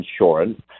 insurance